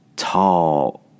Tall